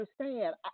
understand